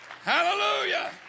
Hallelujah